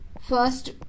First